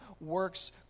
works